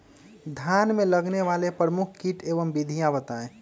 धान में लगने वाले प्रमुख कीट एवं विधियां बताएं?